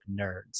nerds